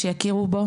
שיכירו בו.